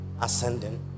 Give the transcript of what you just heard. ascending